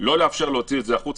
לא לאפשר להוציא את זה החוצה,